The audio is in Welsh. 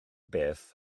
beth